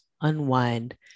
unwind